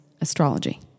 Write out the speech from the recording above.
astrology